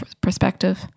perspective